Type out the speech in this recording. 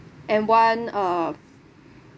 and one uh